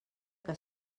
que